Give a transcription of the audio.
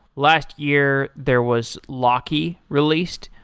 last year, there was locky released.